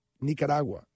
Nicaragua